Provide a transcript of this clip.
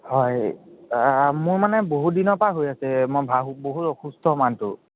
হয় মোৰ মানে বহুতদিনৰ পৰা হৈ আছে মই বাহু বহুত অসুস্থ মানুহটো